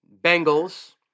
Bengals